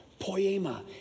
Poema